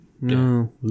no